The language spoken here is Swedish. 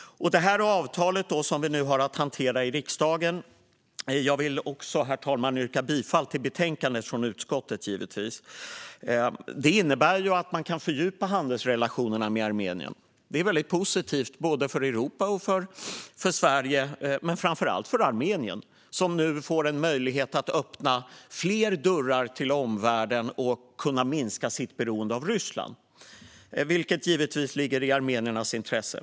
Herr talman! Jag vill också yrka bifall till utskottets förslag. Det avtal som vi nu har att hantera i riksdagen innebär att man kan fördjupa handelsrelationerna med Armenien. Det är positivt för Europa, för Sverige och framför allt för Armenien, som nu får en möjlighet att öppna fler dörrar till omvärlden och kan minska sitt beroende av Ryssland, vilket givetvis ligger i armeniernas intresse.